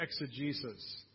exegesis